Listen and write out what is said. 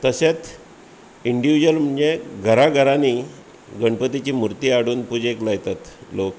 तशेंच इंन्डिविजूवल म्हणजे घरां घरांनी गणपतीची मुर्ती हाडुन पुजेक लायतात लोक